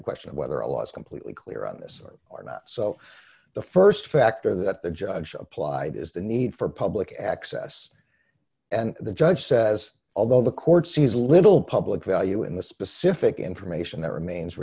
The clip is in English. the question of whether a law is completely clear on this or not so the st factor that the judge applied is the need for public access and the judge says although the court sees little public value in the specific information that remains